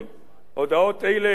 הודעות אלה הן מיותרות,